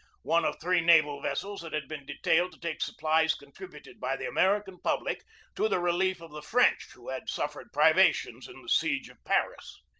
one of three naval vessels that had been detailed to take supplies contributed by the american public to the relief of the french who had suffered privations in the siege of paris.